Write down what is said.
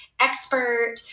expert